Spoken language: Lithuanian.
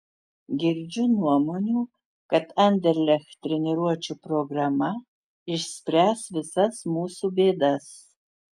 girdžiu nuomonių kad anderlecht treniruočių programa išspręs visas mūsų bėdas